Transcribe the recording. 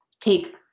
take